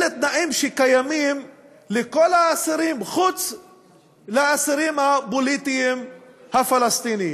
אלה תנאים שקיימים לכל האסירים חוץ מלאסירים הפוליטיים הפלסטינים.